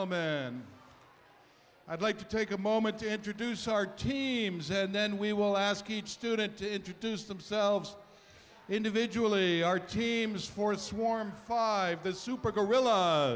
gentlemen i'd like to take a moment to introduce our teams and then we will ask each student to introduce themselves individually our teams for swarm five the super gorilla